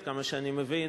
עד כמה שאני מבין,